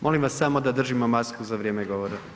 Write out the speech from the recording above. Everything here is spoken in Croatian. Molim vas samo da držimo masku za vrijeme govora.